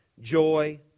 joy